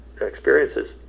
experiences